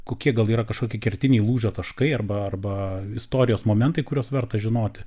kokie gal yra kažkokie kertiniai lūžio taškai arba arba istorijos momentai kuriuos verta žinoti